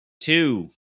Two